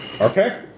Okay